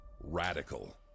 radical